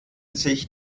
sich